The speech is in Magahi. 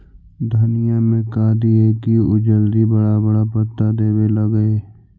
धनिया में का दियै कि उ जल्दी बड़ा बड़ा पता देवे लगै?